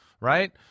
right